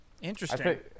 interesting